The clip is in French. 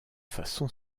façon